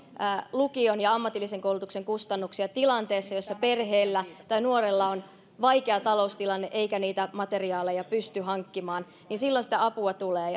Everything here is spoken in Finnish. lukion ja ammatillisen koulutuksen kustannuksia tilanteessa jossa perheellä tai nuorella on vaikea taloustilanne eikä niitä materiaaleja pysty hankkimaan silloin sitä apua tulee